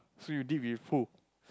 so you did with who